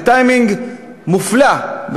בטיימינג מופלא,